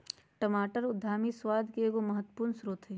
टमाटर उमामी स्वाद के एगो महत्वपूर्ण स्रोत हइ